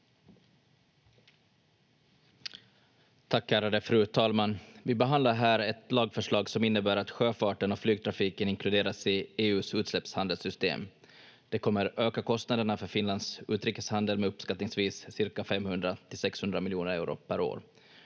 Tack, ärade fru talman! Vi behandlar här ett lagförslag som innebär att sjöfarten och flygtrafiken inkluderas i EU:s utsläppshandelssystem. Det kommer öka kostnaderna för Finlands utrikeshandel med uppskattningsvis cirka 500—600 miljoner euro per år.